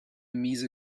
miese